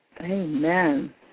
Amen